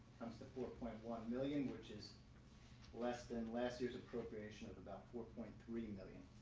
comes to four point one million, which is less than last year's appropriation of about four point three million.